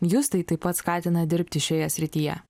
jus tai taip pat skatina dirbti šioje srityje